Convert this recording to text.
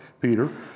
Peter